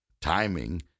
Timing